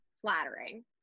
flattering